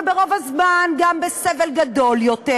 וברוב הזמן גם בסבל גדול יותר,